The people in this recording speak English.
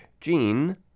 Gene